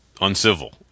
uncivil